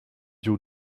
giu